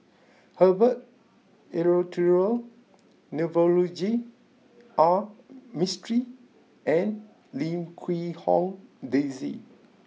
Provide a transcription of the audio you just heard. Herbert Eleuterio Navroji R Mistri and Lim Quee Hong Daisy